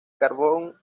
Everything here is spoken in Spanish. carbón